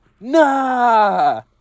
Nah